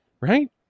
Right